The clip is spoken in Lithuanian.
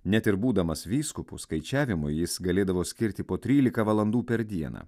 net ir būdamas vyskupu skaičiavimui jis galėdavo skirti po trylika valandų per dieną